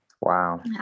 Wow